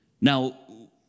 Now